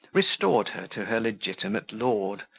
restored her to her legitimate lord,